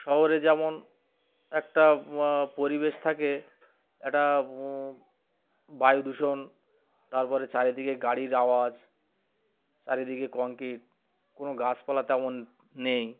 শহরে যেমন একটা মা পরিবেশ থাকে একটা বায়ু দূষণ তারপরে চারিদিকে গাড়ির আওয়াজ চারিদিকে কংক্রিট কোনো গাছপালা তেমন নেই